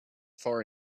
far